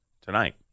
tonight